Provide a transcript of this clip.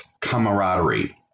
camaraderie